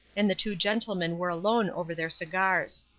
and the two gentlemen were alone over their cigars.